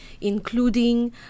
including